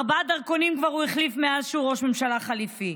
ארבעה דרכונים הוא כבר החליף מאז שהוא ראש ממשלה חליפי.